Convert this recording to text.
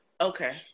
okay